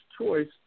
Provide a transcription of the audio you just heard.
choice